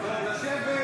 (קורא בשם חבר הכנסת)